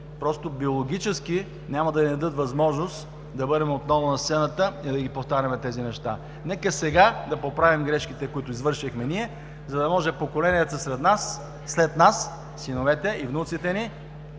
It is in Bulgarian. просто биологически няма да ни дадат възможност да бъдем отново на сцената и да ги повтаряме тези неща. Нека сега да поправим грешките, които извършихме ние, за да може поколенията след нас – синовете и внуците ни,